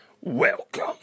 Welcome